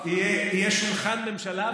יהיה שולחן ממשלה,